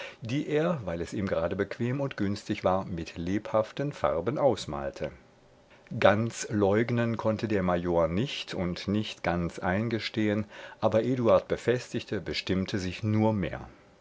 die er weil es ihm gerade bequem und günstig war mit lebhaften farben ausmalte ganz leugnen konnte der major nicht und nicht ganz eingestehen aber eduard befestigte bestimmte sich nur mehr